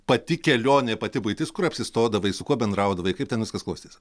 pati kelionė pati buitis kur apsistodavai su kuo bendraudavai kaip ten viskas klostėsi